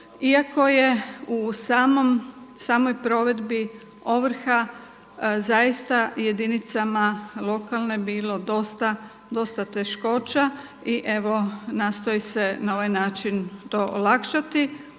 iako je u samoj provedbi ovrha zaista jedinica lokalne bilo dosta teškoća i evo nastoji se na ovaj način to olakšati